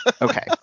Okay